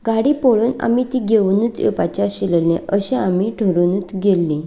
गाडी पळोवन आमी ती घेवनूच येवपाचीं आशिल्लीं अशें आमी थारावनूच गेल्लीं